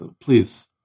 Please